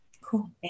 Cool